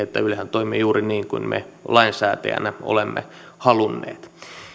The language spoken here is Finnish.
että ylehän toimii juuri niin kuin me lainsäätäjinä olemme halunneet